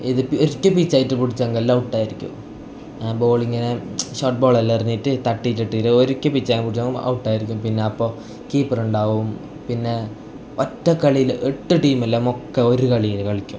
ഇത് പി ഒരിക്കൽ പിച്ച് ആയിട്ട് പിടിച്ചെങ്കിൽ എല്ലാം ഔട്ട് ആ ബോൾ ഇങ്ങനെ ഷോട്ട് ബോൾ എല്ലാം എറിഞ്ഞിട്ട് തട്ടി തട്ടിലേ ഒരിക്കൽ പിച്ച് പിടിച്ചിട്ടും ഔട്ട് ആയിരിക്കും അപ്പം കീപ്പർ ഉണ്ടാവും പിന്നെ ഒറ്റക്കളിയിൽ എട്ട് ടീം അല്ലെങ്കിൽ മൊക്ക ഒരു കളിയിൽ കളിക്കും